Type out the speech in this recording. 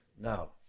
Now